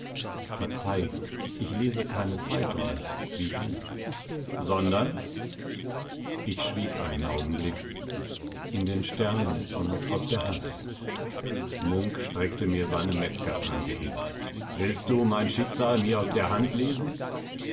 verzeih ich lese keine zeitungen wie du sondern ich schwieg einen augenblick in den sternen und aus der hand munk streckte mir seine metzgerpranke hin willst du mein schicksal mir aus der hand lesen